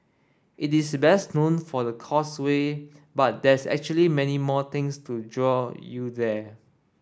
it is best known for the Causeway but there's actually many more things to draw you there